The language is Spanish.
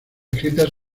escritas